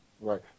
right